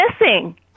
missing